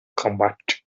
combat